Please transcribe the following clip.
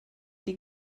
die